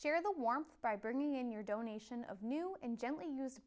share the warmth by bringing in your donation of new and gently used